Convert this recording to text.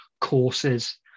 courses